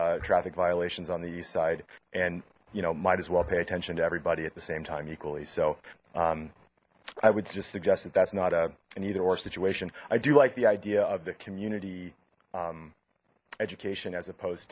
traffic violations on the east side and you know might as well pay attention to everybody at the same time equally so i would just suggest that that's not a an either or situation i do like the idea of the community education as opposed